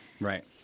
right